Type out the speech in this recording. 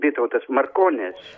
vytautas markonis